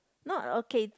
no okay